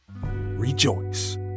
Rejoice